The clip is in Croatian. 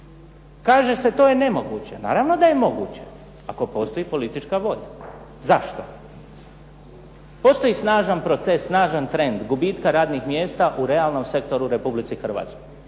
kaže se to je nemoguće. Naravno da je moguće ako postoji politička volja. Zašto? Postoji snažan proces, snažan trend gubitka radnih mjesta u realnom sektoru u Republici Hrvatskoj.